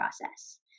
process